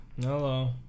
Hello